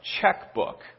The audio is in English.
checkbook